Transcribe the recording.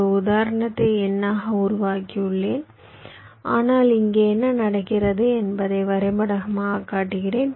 ஒரு உதாரணத்தை எண்ணாக உருவாக்கியுள்ளேன் ஆனால் இங்கே என்ன நடக்கிறது என்பதை வரைபடமாக காட்டுகிறேன்